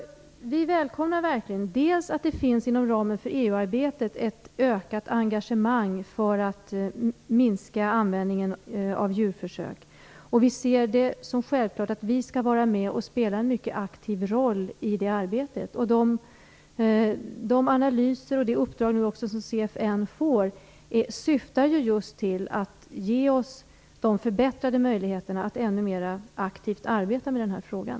Vi välkomnar verkligen ett ökat engagemang inom ramen för EU-arbetet för en minskning av användningen av djurförsök, och vi ser det som självklart att vi skall vara med och spela en mycket aktiv roll i det arbetet. De analyser som görs och det uppdrag som CFN nu får syftar just till att ge oss förbättrade möjligheter att ännu mer aktivt arbeta med den här frågan.